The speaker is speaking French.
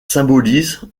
symbolisent